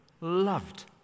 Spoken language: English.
loved